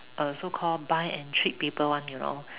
uh so call buy and treat people one you know